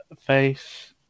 face